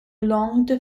long